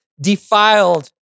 defiled